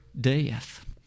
death